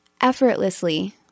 effortlessly